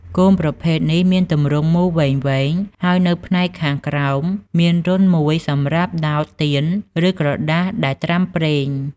គោមប្រភេទនេះមានទម្រង់មូលវែងៗ ហើយនៅផ្នែកខាងក្រោមមានរន្ធមួយសម្រាប់ដោតទៀន ឬក្រដាសដែលត្រាំប្រេង។